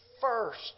first